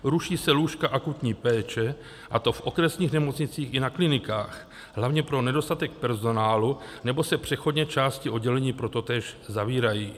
Ruší se lůžka akutní péče, a to v okresních nemocnicích i na klinikách, hlavně pro nedostatek personálu, nebo se přechodně části oddělení pro totéž zavírají.